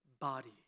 body